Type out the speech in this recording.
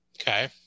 Okay